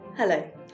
Hello